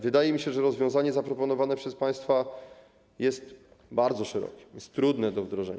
Wydaje mi się, że rozwiązanie zaproponowane przez państwa jest bardzo szerokie, jest trudne do wdrożenia.